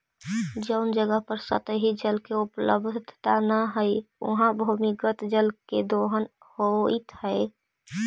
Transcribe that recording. जउन जगह पर सतही जल के उपलब्धता न हई, उहाँ भूमिगत जल के दोहन होइत हई